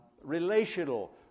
relational